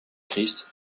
christ